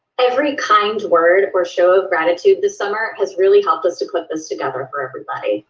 every kind word or show of gratitude this summer has really helped us to put this together for everybody.